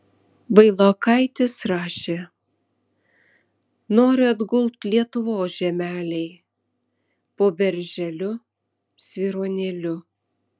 vailokaitis rašė noriu atgult lietuvos žemelėj po berželiu svyruonėliu